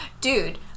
dude